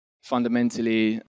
Fundamentally